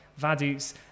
Vaduz